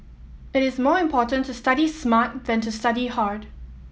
it is more important to study smart than to study hard